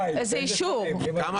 איזה אישור?